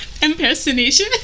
impersonation